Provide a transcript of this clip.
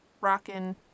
rocking